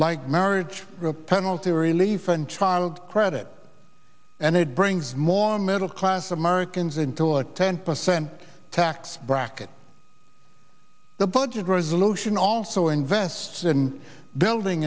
like marriage penalty relief and child credit and it brings more middle class americans into a ten percent tax bracket the budget resolution also invests